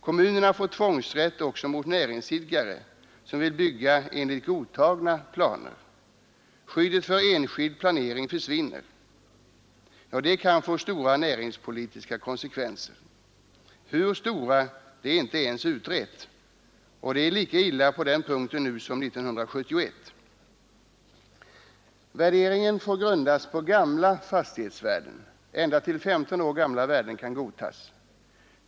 Kommunerna får tvångsrätt mot näringsidkare, som vill bygga enligt godtagna planer. Skyddet för enskild planering försvinner. Det kan få stora näringspolitiska konsekvenser, hur stora är inte ens utrett. Det är lika illa på den punkten nu som 1971. Värderingen får grundas på gamla fastighetsvärden; ända till 15 år gamla värden kan godtagas.